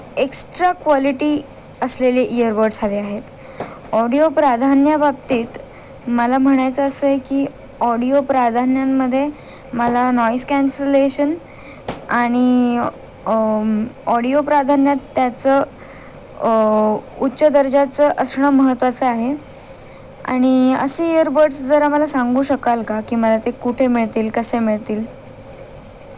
extra quality असलेले earbuds हवे आहेत ऑडिओ प्राधान्याबाबतीत मला म्हणायचं असं आहे की ऑडिओ प्राधान्यांमध्ये मला नॉईस कॅन्सलेशन आणि ऑडिओ प्राधान्यात त्याचं उच्च दर्जाचं असणं महत्त्वाचं आहे आणि असे इयरबड्स जरा मला सांगू शकाल का की मला ते कुठे मिळतील कसे मिळतील